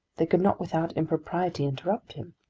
they could not without impropriety interrupt him.